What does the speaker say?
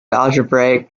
algebraic